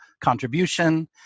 contribution